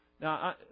Now